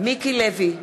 מיקי לוי,